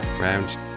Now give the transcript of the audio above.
round